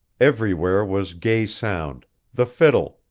everywhere was gay sound the fiddle,